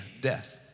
death